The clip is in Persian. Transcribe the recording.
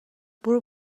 برو